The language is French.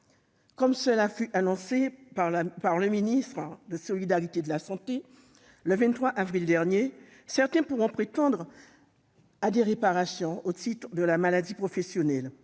Comme cela fut annoncé par le ministre des solidarités et de la santé, le 23 avril dernier, certains pourront prétendre à des réparations au titre de la maladie professionnelle.